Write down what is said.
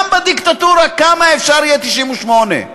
גם בדיקטטורה, כמה אפשר יהיה 98?